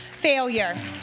failure